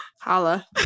Holla